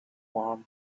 warm